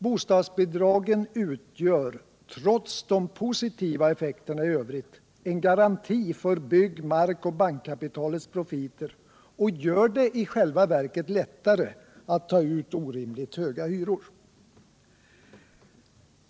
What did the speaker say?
Bostadsbidragen utgör, trots de positiva effekterna i övrigt, en garanti för bygg-, markoch bankkapitalets profiter och gör det i själva verket lättare att ta ut orimligt höga hyror.